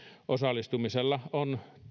osallistumisella on